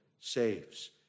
saves